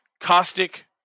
Caustic